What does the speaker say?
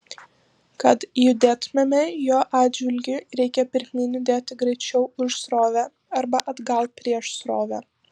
kad judėtumėme jo atžvilgiu reikia pirmyn judėti greičiau už srovę arba atgal prieš srovę